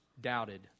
doubted